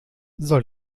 soll